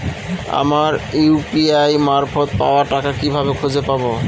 আমার ইউ.পি.আই মারফত পাওয়া টাকা কিভাবে খুঁজে পাব?